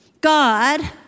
God